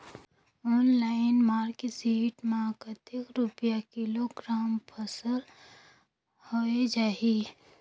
Online market मां कतेक रुपिया किलोग्राम फसल हवे जाही?